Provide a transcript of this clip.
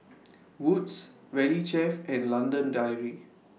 Wood's Valley Chef and London Dairy